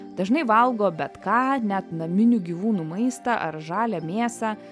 dažnai valgo bet ką net naminių gyvūnų maistą ar žalią mėsą